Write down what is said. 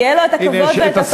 שיהיו לו הכבוד והפנים,